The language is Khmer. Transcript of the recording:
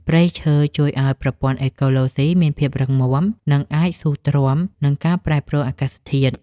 ព្រៃឈើជួយធ្វើឱ្យប្រព័ន្ធអេកូឡូស៊ីមានភាពរឹងមាំ និងអាចស៊ូទ្រាំនឹងការប្រែប្រួលអាកាសធាតុ។